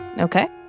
Okay